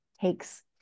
takes